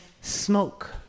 smoke